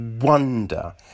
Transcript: wonder